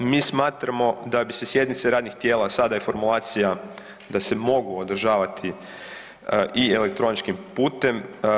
Mi smatramo da bi se sjednice radnih tijela sada i formulacija da se mogu održavati i elektroničkim putem.